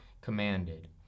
commanded